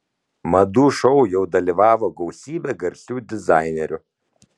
madų šou jau dalyvavo gausybė garsių dizainerių